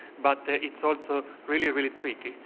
but it's also really, really tricky,